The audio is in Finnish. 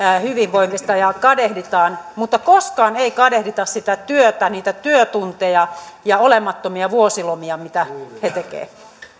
hyvinvoivista ja kadehditaan mutta koskaan ei kadehdita sitä työtä niitä työtunteja ja olemattomia vuosilomia mitä he tekevät